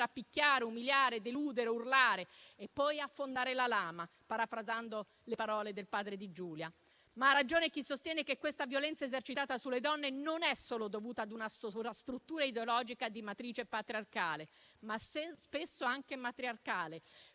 picchiare, umiliare, deludere, urlare e, poi, affondare la lama, parafrasando le parole del padre di Giulia. Ha ragione però chi sostiene che questa violenza esercitata sulle donne è dovuta a una struttura ideologica di matrice non solo patriarcale, ma spesso anche matriarcale.